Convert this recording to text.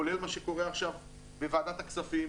כולל מה שקורה עכשיו בוועדת הכספים